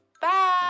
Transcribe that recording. Bye